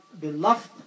beloved